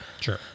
Sure